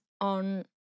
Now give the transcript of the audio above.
on